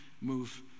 move